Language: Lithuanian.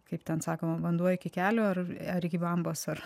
kaip ten sakoma vanduo iki kelių ar iki bambos ar